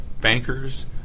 bankers